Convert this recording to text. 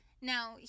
Now